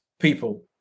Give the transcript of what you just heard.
people